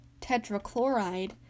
tetrachloride